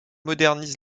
modernise